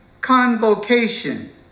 convocation